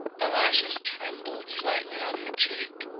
the lashes trembled slightly on her cheek.